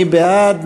מי בעד?